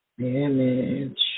Damage